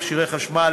מכשירי חשמל,